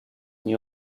new